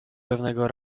pewnego